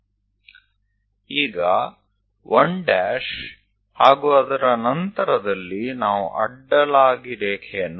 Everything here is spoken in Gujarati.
હવે 1 પાસે આપણે આડી લીટીઓ દોરવી પડશે